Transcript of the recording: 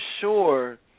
sure